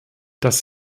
dass